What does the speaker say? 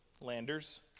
Landers